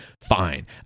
fine